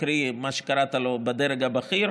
קרי, מה שקראת לו בדרג הבכיר,